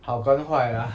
好跟坏 lah